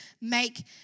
make